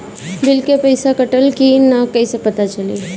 Bill के पइसा कटल कि न कइसे पता चलि?